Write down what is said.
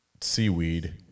seaweed